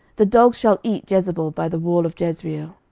the dogs shall eat jezebel by the wall of jezreel.